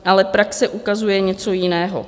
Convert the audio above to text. Ale praxe ukazuje něco jiného.